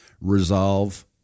resolve